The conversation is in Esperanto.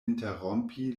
interrompi